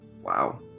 Wow